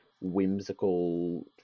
whimsical